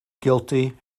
guilty